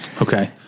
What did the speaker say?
okay